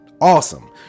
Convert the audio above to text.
awesome